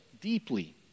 deeply